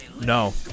no